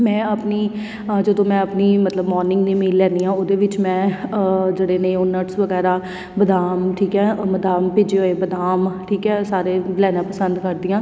ਮੈਂ ਆਪਣੀ ਜਦੋਂ ਮੈਂ ਆਪਣੀ ਮਤਲਬ ਮੋਰਨਿੰਗ ਦੀ ਮੀਲ ਲੈਂਦੀ ਹਾਂ ਉਹਦੇ ਵਿੱਚ ਮੈਂ ਜਿਹੜੇ ਨੇ ਉਹ ਨਟਸ ਵਗੈਰਾ ਬਦਾਮ ਠੀਕ ਹੈ ਬਦਾਮ ਭਿੱਜੇ ਹੋਏ ਬਦਾਮ ਠੀਕ ਹੈ ਸਾਰੇ ਲੈਣਾ ਪਸੰਦ ਕਰਦੀ ਹਾਂ